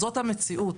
זאת המציאות.